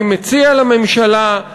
אני מציע לממשלה,